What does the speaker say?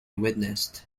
witnessed